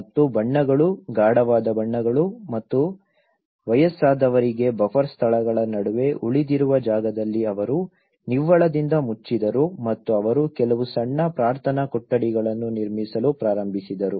ಮತ್ತು ಬಣ್ಣಗಳು ಗಾಢವಾದ ಬಣ್ಣಗಳು ಮತ್ತು ವಯಸ್ಸಾದವರಿಗೆ ಬಫರ್ ಸ್ಥಳಗಳ ನಡುವೆ ಉಳಿದಿರುವ ಜಾಗದಲ್ಲಿ ಅವರು ನಿವ್ವಳದಿಂದ ಮುಚ್ಚಿದರು ಮತ್ತು ಅವರು ಕೆಲವು ಸಣ್ಣ ಪ್ರಾರ್ಥನಾ ಕೊಠಡಿಗಳನ್ನು ನಿರ್ಮಿಸಲು ಪ್ರಾರಂಭಿಸಿದರು